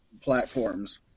platforms